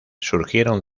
surgieron